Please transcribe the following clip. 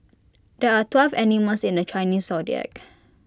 there are twelve animals in the Chinese Zodiac